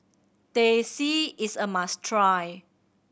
Teh C is a must try